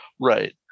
Right